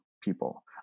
people